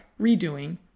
redoing